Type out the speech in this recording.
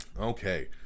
Okay